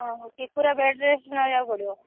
ହଁ ହଁ କି ପୁରା ବେଡ୍ ରେଷ୍ଟ ନେବାକୁ ପଡ଼ିବ